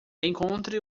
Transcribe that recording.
encontre